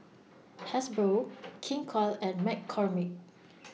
Hasbro King Koil and McCormick